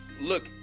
look